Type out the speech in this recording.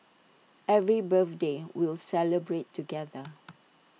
every birthday we'll celebrate together